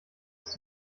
ist